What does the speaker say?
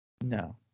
No